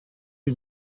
you